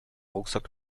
rucksack